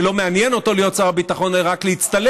שלא מעניין אותו להיות שר הביטחון אלא רק להצטלם,